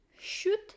shoot